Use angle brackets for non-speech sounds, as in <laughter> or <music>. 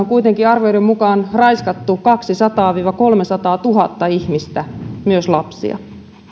<unintelligible> kuitenkin arvioiden mukaan raiskattu kaksisataatuhatta viiva kolmesataatuhatta ihmistä myös lapsia